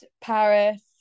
Paris